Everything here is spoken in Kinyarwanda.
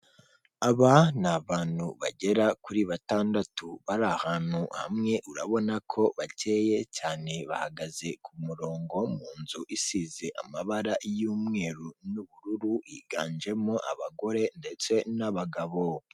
Aba ni abantu bagera kuri batandatu bari ahantu hamwe urabona ko bakeye cyane bahagaze ku murongo mu nzu isize amabara y'umweru n'ubururu higanjemo abagore ndetse n'abagabo.